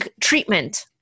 treatment